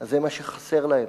אז זה מה שחסר להם,